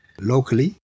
Locally